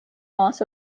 loss